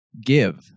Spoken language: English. give